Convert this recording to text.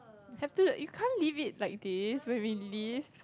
have to like you can't leave it like this when we leave